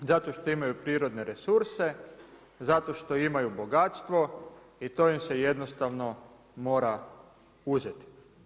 Zato što imaju prirodne resurse, zato što imaju bogatstvo i to im se jednostavno mora uzeti.